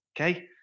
Okay